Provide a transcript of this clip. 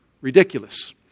ridiculous